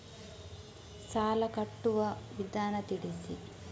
ಸಾಲ ಕಟ್ಟುವ ವಿಧಾನ ತಿಳಿಸಿ?